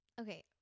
Okay